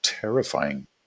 Terrifying